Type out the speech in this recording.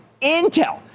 Intel